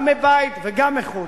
גם מבית וגם מחוץ,